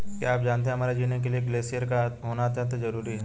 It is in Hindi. क्या आप जानते है हमारे जीने के लिए ग्लेश्यिर का होना अत्यंत ज़रूरी है?